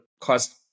cost